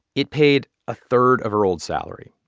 it paid a third of her old salary.